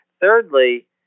Thirdly